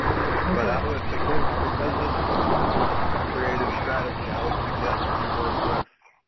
but i would because because this is a creative strategy, i would suggest that you work with